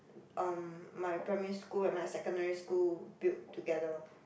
um my primary school and my secondary school build together